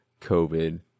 COVID